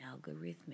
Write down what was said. algorithmic